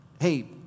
hey